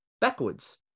backwards